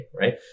Right